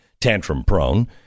tantrum-prone